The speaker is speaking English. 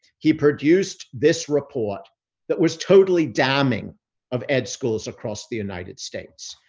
he produced this report that was totally damning of ed schools across the united states.